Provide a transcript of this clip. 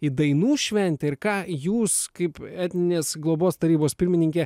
į dainų šventę ir ką jūs kaip etninės globos tarybos pirmininkė